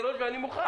שלוש ואני מוכן,